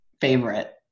favorite